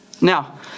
Now